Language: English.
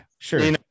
Sure